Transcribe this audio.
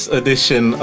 edition